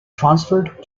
transferred